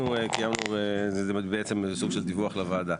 זה סוג של דיווח לוועדה.